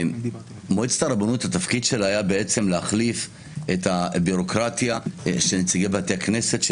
התפקיד של מועצת הרבנות היה להחליף את הביורוקרטיה של נציגי בתי הכנסת.